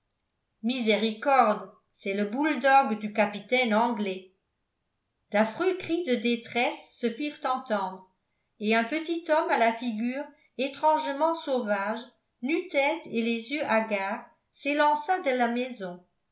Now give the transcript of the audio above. miséricorde c'est le bouledogue du capitaine anglais d'affreux cris de détresse se firent entendre et un petit homme à la figure étrangement sauvage nu-tête et les yeux hagards s'élança de la maison